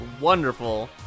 wonderful